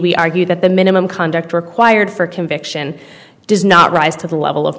we argued that the minimum conduct required for conviction does not rise to the level of